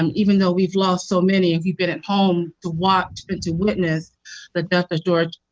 um even though we've lost so many. and we've been at home, to watch, but to witness the death of george